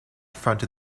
fronted